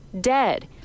dead